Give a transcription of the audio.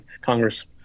Congress